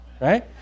right